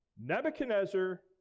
Nebuchadnezzar